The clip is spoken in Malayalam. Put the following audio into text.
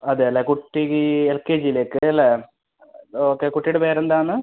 അതെ അല്ലേ കുട്ടിക്ക് എൽ കെ ജിയിലേക്ക് അല്ലേ ഓക്കെ കുട്ടിയുടെ പേര് എന്താണ്